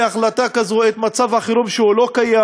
החלטה כזו את מצב החירום שהוא לא קיים.